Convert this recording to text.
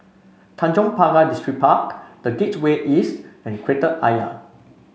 Tanjong Pagar Distripark The Gateway East and Kreta Ayer